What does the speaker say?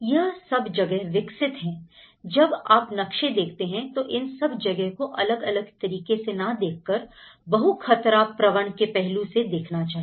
यह सब जगह विकसित हैं जब आप नक्शे देखते हैं तो इन सब जगह को अलग अलग तरीके से ना देख कर बहु खतरा प्रवण के पहलू से देखना चाहिए